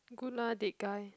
good lah date guy